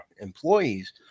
employees